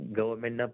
government